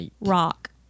rock